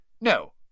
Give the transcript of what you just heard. No